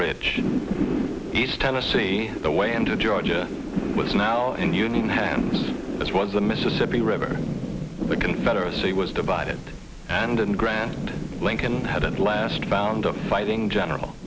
rich east tennessee the way into georgia was now in union hands as well the mississippi river the confederacy was divided and in the grand lincoln had at last found a fighting general